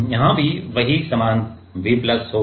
तो यहाँ भी वही समान V प्लस होगा